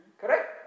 Correct